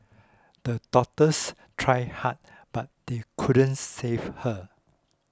the doctors tried hard but they couldn't save her